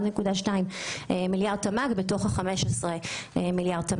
וגם לא ספרתי את ה-1.2 מיליארדי שקלים לתמ"ג בתוך ה-15 מיליארדי שקלים